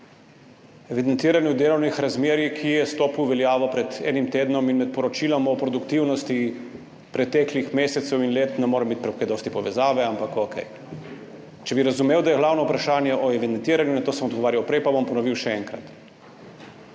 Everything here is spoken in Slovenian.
evidentiranju delovnih razmerij, ki je stopil v veljavo pred enim tednom, in med poročilom o produktivnosti preteklih mesecev in let ne more biti kaj dosti povezave, ampak okej. Če sem prav razumel, je glavno vprašanje o evidentiranju, na to sem odgovarjal prej, pa bom ponovil še enkrat.